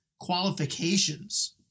qualifications